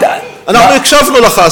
אנחנו הקשבנו לך,